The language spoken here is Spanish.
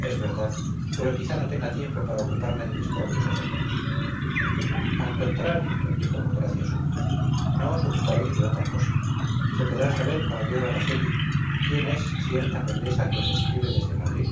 es verdad pero quizás no tenga tiempo para ocuparme de mis propios asuntos al contrario dijo con gracia suma no os ocuparéis de otra cosa se podrá saber caballero araceli quién es cierta condesa que os escribe desde madrid